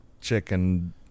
chicken